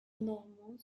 normand